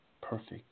perfect